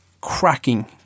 cracking